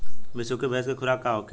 बिसुखी भैंस के खुराक का होखे?